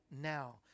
now